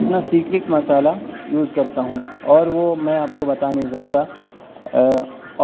اپنا سیکریٹ مصالح یوز کرتا ہوں اور وہ میں آپ کو بتا نہیں سکتا